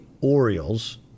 Orioles